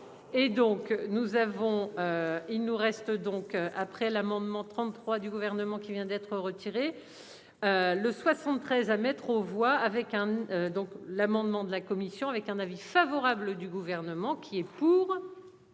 avons. Il nous reste donc après l'amendement 33 du gouvernement qui vient d'être retiré. Le 73 à mettre aux voix avec hein donc. L'amendement de la commission avec un avis favorable du gouvernement. Qui est pour.